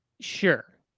Sure